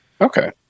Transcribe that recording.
okay